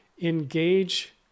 engage